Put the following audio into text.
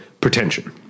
pretension